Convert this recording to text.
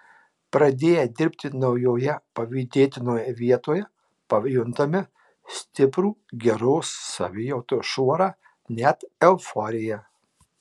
pradėję dirbti naujoje pavydėtinoje vietoje pajuntame stiprų geros savijautos šuorą net euforiją